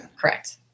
Correct